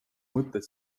mõtted